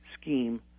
scheme